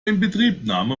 inbetriebnahme